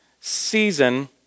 season